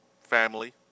Family